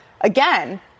again